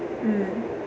mm